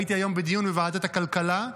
הייתי היום בדיון בוועדת הכלכלה,